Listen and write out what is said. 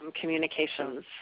communications